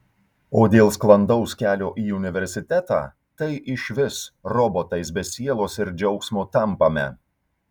o dėl sklandaus kelio į universitetą tai išvis robotais be sielos ir džiaugsmo tampame